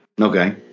Okay